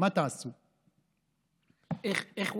התואר הזה בעינינו שמור לו,